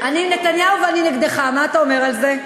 אני עם נתניהו ואני נגדך, מה אתה אומר על זה?